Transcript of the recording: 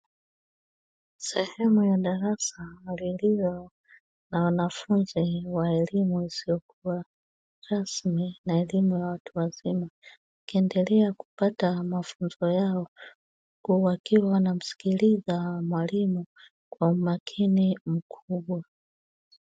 Sehemu ya darasa lililo na wanafunzi wa elimu isiyokuwa rasmi na elimu ya watu wazima; wakiendelea kupata mafunzo yao, wakiwa wanamsikiliza mwalimu kwa umakini mkubwa.